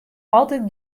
altyd